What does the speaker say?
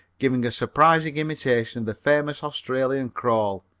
giving a surprising imitation of the famous australian crawl.